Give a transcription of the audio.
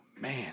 Man